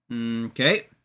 Okay